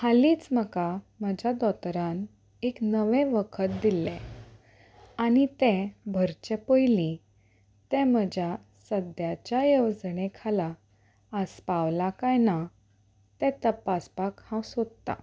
हालींच म्हाका म्हज्या दोतोरान एक नवें वखद दिल्लें आनी तें भरचें पयलीं तें म्हज्या सद्याच्या येवजणे खाला आसपावलां काय ना तें तपासपाक हांव सोदतां